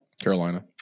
Carolina